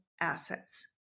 assets